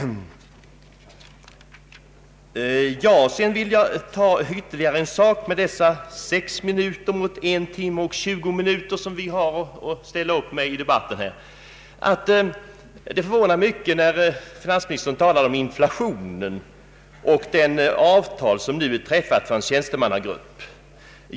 Jag vill sedan, herr talman söka hinna med att ta upp ytterligare en fråga på de sex minuter jag tilldelats för att bemöta det inlägg av finansministern på en timme och tjugo minuter som vi fått ta del av. Det förvånade mig mycket när finansministern talade om inflationen i samband med de tjänstemannaavtal som nu träffats.